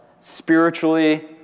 spiritually